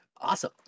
awesome